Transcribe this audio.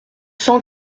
cent